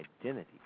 identity